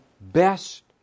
best